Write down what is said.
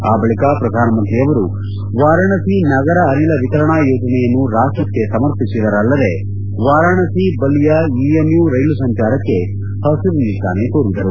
ಆ ಬಳಕ ಶ್ರಧಾನಮಂತ್ರಿಯವರು ವಾರಾಣಸಿ ನಗರ ಅನಿಲ ವಿತರಣಾ ಯೋಜನೆಯನ್ನು ರಾಷ್ಟಕ್ಕೆ ಸಮರ್ಪಿಸಿದರಲ್ಲದೆ ವಾರಾಣಸಿ ಬಲಿಯಾ ಇಎಂಯು ರೈಲು ಸಂಚಾರಕ್ಕೆ ಹಸಿರು ನಿಶಾನೆ ತೋರಿದರು